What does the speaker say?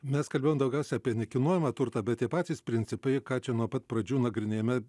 mes kalbėjom daugiausia apie nekilnojamą turtą bet tie patys principai ką čia nuo pat pradžių nagrinėjame